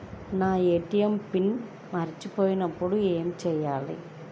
నా ATM PIN మరచిపోయినప్పుడు ఏమి చేయాలి?